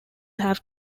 have